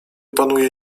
panuje